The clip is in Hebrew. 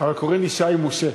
אבל קוראים לי שי משה.